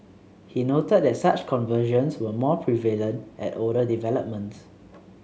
he noted that such conversions were more prevalent at older developments